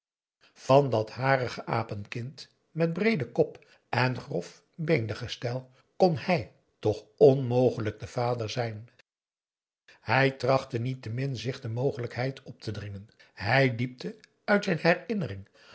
van dat harige apenkind met breeden kop en grof beendergestel kon aum boe akar eel hij toch onmogelijk de vader zijn hij trachtte niettemin zich de mogelijkheid op te dringen hij diepte uit zijn herinnering